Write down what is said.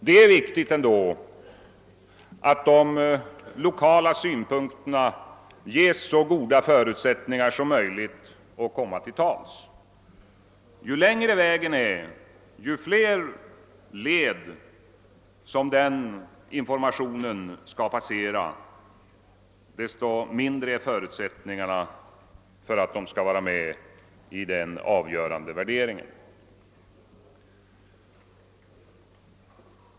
Det är viktigt ändå att de som företräder de lokala synpunkterna ges så goda förutsättningar som möjligt att komma till tals. Ju längre vägen är, ju fler led som den informationen skall passera, desto mindre är förutsättningarna för att de skall vara med i den avgörande värderingen.